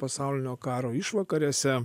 pasaulinio karo išvakarėse